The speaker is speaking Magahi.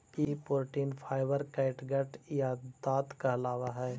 ई प्रोटीन फाइवर कैटगट या ताँत कहलावऽ हई